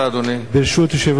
ברשות יושב-ראש הישיבה,